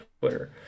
Twitter